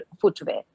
footwear